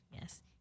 yes